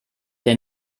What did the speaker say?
der